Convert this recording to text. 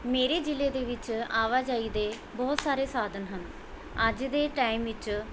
ਮੇਰੇ ਜ਼ਿਲ੍ਹੇ ਦੇ ਵਿੱਚ ਆਵਾਜਾਈ ਦੇ ਬਹੁਤ ਸਾਰੇ ਸਾਧਨ ਹਨ ਅੱਜ ਦੇ ਟਾਈਮ ਵਿੱਚ